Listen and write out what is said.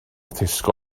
tesco